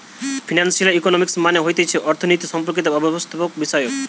financial economics মানে হতিছে অর্থনীতি সম্পর্কিত অর্থব্যবস্থাবিষয়ক